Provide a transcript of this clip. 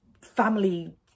family